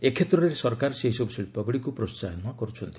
ଏ କ୍ଷେତ୍ରରେ ସରକାର ସେହିସବୁ ଶିଳ୍ପଗୁଡ଼ିକୁ ପ୍ରୋସାହିତ କର୍ ଚ୍ଚନ୍ତି